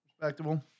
respectable